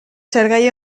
salgai